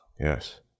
Yes